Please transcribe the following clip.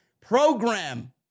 program